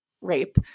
rape